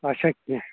اچھا کینٛہہ